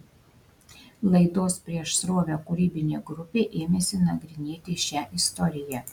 laidos prieš srovę kūrybinė grupė ėmėsi nagrinėti šią istoriją